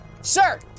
Sir